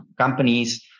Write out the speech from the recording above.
companies